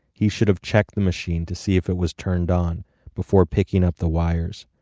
he should have checked the machine to see if it was turned on before picking up the wires.